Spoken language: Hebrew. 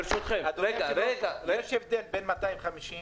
אדוני היושב-ראש, יש הבדל בין 250 ל-50.